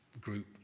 group